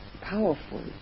powerful